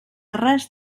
res